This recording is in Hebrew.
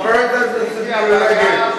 חברת הכנסת מירי רגב,